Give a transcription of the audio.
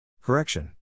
Correction